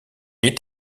est